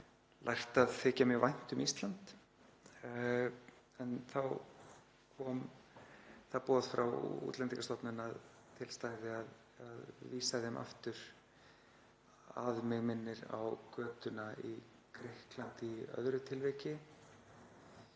lært að þykja mjög vænt um Ísland. En þá kom það boð frá Útlendingastofnun að til stæði að vísa þeim aftur, að mig minnir, á götuna í Grikklandi í öðru tilvikinu.